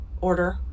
order